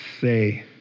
say